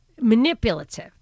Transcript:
manipulative